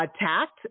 attacked